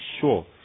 sure